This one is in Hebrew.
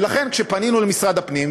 ולכן כשפנינו למשרד הפנים,